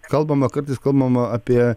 kalbama kartais kalbama apie